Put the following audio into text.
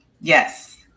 Yes